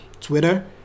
Twitter